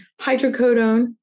hydrocodone